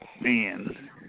man